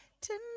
Tonight